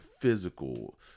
physical